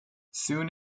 soon